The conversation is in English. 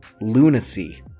lunacy